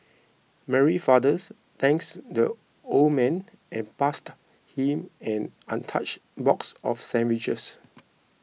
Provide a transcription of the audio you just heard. Mary father's thanks the old man and passed him an untouched box of sandwiches